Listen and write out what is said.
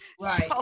Right